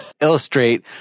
illustrate